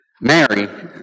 Mary